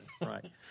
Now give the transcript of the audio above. right